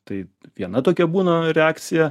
tai viena tokia būna reakcija